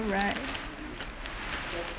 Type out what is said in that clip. right